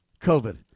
COVID